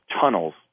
tunnels